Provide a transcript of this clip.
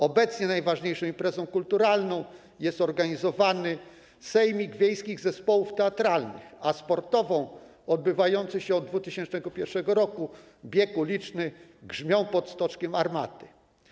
Obecnie najważniejszą imprezą kulturalną jest organizowany Sejmik Wiejskich Zespołów Teatralnych, a sportową - odbywający się od 2001 r. bieg uliczny „Grzmią pod Stoczkiem armaty”